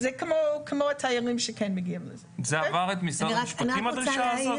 הדרישה הזו עברה את משרד המשפטים?